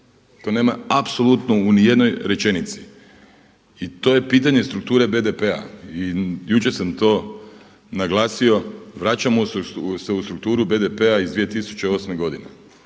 To nema apsolutno ni u jednoj rečenici. I to je pitanje strukture BDP-a i jučer sam to naglasio vraćamo se u strukturu BDP-a iz 2008. godine.